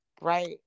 right